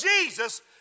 Jesus